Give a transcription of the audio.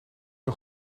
een